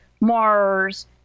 Mars